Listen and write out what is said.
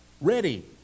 ready